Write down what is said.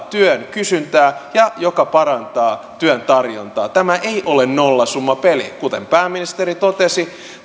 työn kysyntää ja mikä parantaa työn tarjontaa tämä ei ole nollasummapeliä kuten pääministeri totesi